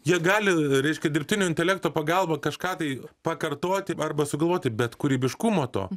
jie gali reiškia dirbtinio intelekto pagalba kažką tai pakartoti arba sugalvoti bet kūrybiškumo to